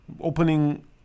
Opening